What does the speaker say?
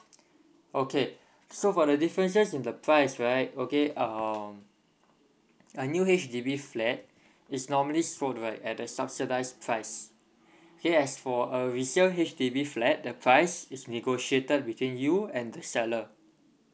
okay so for the differences in the price right okay um our new H_D_B flat is normally sold right at the subsidised price okay as for a resale H_D_B flat the price is negotiated between you and the seller